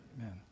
Amen